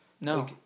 No